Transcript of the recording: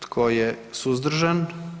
Tko je suzdržan?